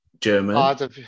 german